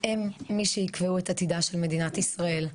הם מי שיקבעו את עתידה של מדינת ישראל,